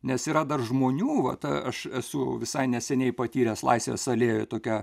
nes yra dar žmonių va tą aš esu visai neseniai patyręs laisvės alėjoj tokia